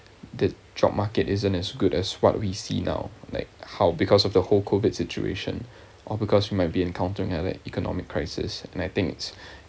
the job market isn't as good as what we see now like how because of the whole COVID situation or because you might be encountering another economic crisis and I think it's